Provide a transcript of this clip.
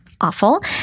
awful